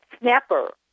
snapper